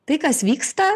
tai kas vyksta